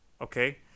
okay